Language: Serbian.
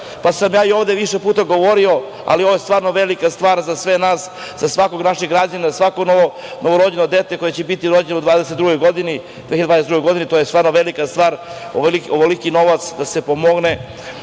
pa sam ja i ovde više puta govorio, ali ovo je stvarno velika stvar za sve nas, za svakog našeg građanina, za svako novorođeno dete koje će biti rođeno u 2022. godini, to je stvarno velika stvar, ovoliki novac, da se pomogne